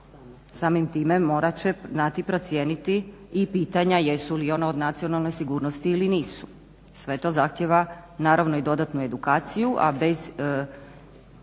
Samim time morat će znati procijeniti i pitanja jesu li ona od nacionalne sigurnosti ili nisu. Sve to zahtijeva naravno i dodatnu edukaciju, a bez